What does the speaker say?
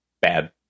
bad